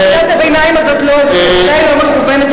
לכן, קריאת הביניים הזאת בוודאי לא מכוונת אלי.